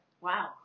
wow